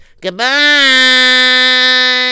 Goodbye